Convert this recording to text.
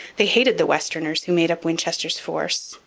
they hated the westerners who made up winchester's force,